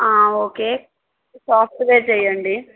okay ఫాస్ట్గా చెయ్యండి